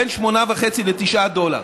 בין 8.5 ל-9 דולר.